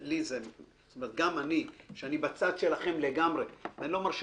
גם אני שאני בצד שלכם לגמרי ואני לא מרשה